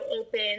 open